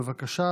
בבקשה,